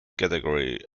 category